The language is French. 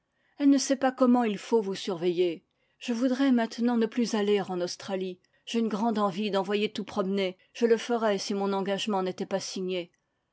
elle ne sait pas comment il faut vous surveiller je voudrais maintenant ne plus aller en australie j'ai une grande envie d'envoyer tout promener je le ferais si mon engagement n'était pas signé